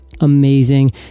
amazing